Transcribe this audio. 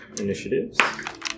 initiatives